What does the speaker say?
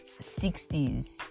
60s